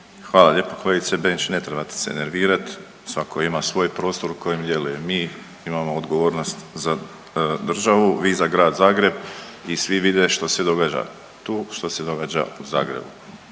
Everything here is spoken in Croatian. Hvala lijepo kolegice Benčić, ne trebate se nervirati, svatko ima svoj prostor u kojem djeluje. Mi imamo odgovornost za državu, vi za grad Zagreb i svi vide što se događa tu, što se događa u Zagrebu,